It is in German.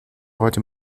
heute